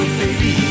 baby